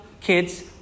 kids